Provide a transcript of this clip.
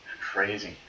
Crazy